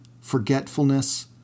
forgetfulness